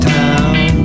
town